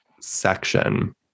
section